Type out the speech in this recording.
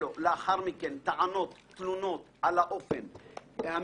מי שיהיו לו לאחר מכן טענות או תלונות על האופן המקצועי,